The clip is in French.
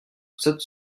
sept